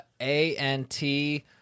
A-N-T-